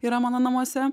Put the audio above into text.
yra mano namuose